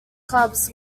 clubs